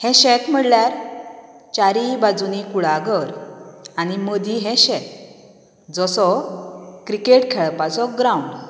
हें शेत म्हळ्यार चारीय बाजूंनी कुळागर आनी मदी हें शेत जसो क्रिकेट खेळपाचो ग्रावंड